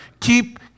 Keep